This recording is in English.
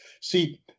See